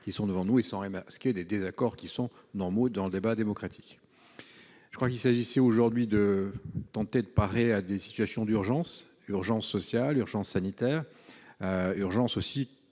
qui sont devant nous et des désaccords normaux dans le débat démocratique. Il s'agissait aujourd'hui de tenter de parer à des situations d'urgence : urgence sociale, urgence sanitaire, urgence aussi